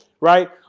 right